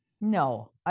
No